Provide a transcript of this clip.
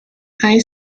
high